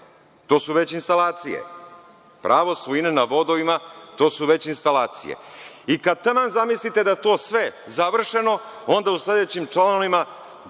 to su već instalacije. Pravo svojine na vodovima su veće instalacije. I, kad taman zamislite da je to sve završeno, onda u sledećim članovima